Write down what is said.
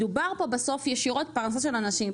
מדובר פה בסוף ישירות פרנסה של אנשים.